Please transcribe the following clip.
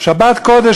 שבת קודש,